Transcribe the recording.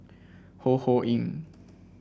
Ho Ho Ying